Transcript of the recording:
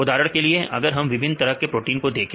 उदाहरण के लिए अगर हम विभिन्न तरह की प्रोटीन को देखें